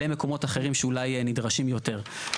למקומות אחרים שאולי נדרשים יותר.